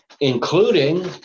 including